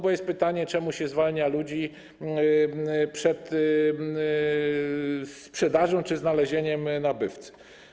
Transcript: Bo jest pytanie, czemu się zwalnia ludzi przed sprzedażą czy znalezieniem nabywcy.